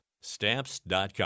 Stamps.com